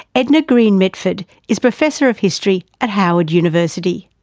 edna greene medford is professor of history at howard university.